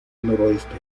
noroeste